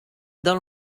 del